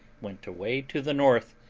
went away to the north,